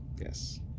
Yes